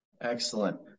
Excellent